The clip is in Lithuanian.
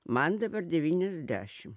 man dabar devyniasdešim